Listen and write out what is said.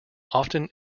often